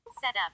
Setup